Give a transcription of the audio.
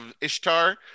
Ishtar